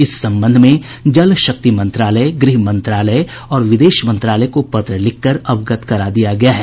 इस संबंध में जल शक्ति मंत्रालय गृह मंत्रालय और विदेश मंत्रालय को पत्र लिखकर अवगत कर दिया गया है